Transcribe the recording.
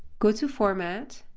go to format,